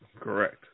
Correct